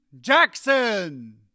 Jackson